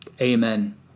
Amen